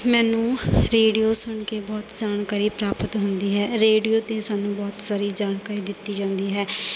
ਮੈਨੂੰ ਰੇਡੀਓ ਸੁਣ ਕੇ ਬਹੁਤ ਜਾਣਕਾਰੀ ਪ੍ਰਾਪਤ ਹੁੰਦੀ ਹੈ ਰੇਡੀਓ 'ਤੇ ਸਾਨੂੰ ਬਹੁਤ ਸਾਰੀ ਜਾਣਕਾਰੀ ਦਿੱਤੀ ਜਾਂਦੀ ਹੈ